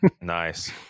Nice